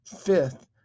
Fifth